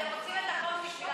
אתם רוצים את החוף בשבילכם,